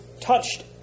touched